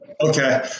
Okay